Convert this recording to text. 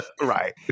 right